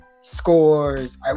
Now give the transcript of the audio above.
scores